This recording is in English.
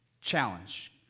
Challenge